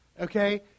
okay